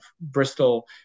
Bristol